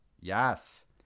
yes